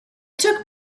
took